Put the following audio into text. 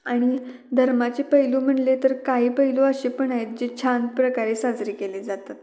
आणि धर्माचे पैलू म्हणले तर काही पैलू असे पण आहेत जे छान प्रकारे साजरी केले जातात